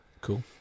Cool